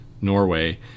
Norway